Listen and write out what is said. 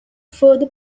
further